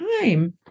time